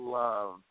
love